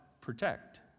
protect